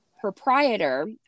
proprietor